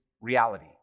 reality